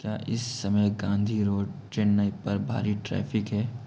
क्या इस समय गाँधी रोड चैन्नई पर भारी ट्रैफ़िक है